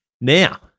Now